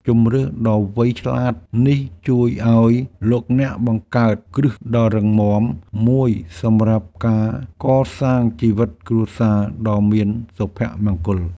ជម្រើសដ៏វៃឆ្លាតនេះជួយឱ្យលោកអ្នកបង្កើតគ្រឹះដ៏រឹងមាំមួយសម្រាប់ការកសាងជីវិតគ្រួសារដ៏មានសុភមង្គល។